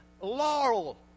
laurel